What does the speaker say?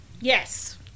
Yes